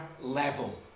level